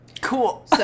Cool